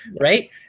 Right